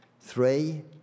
Three